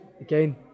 again